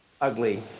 ugly